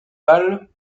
pâle